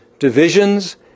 Divisions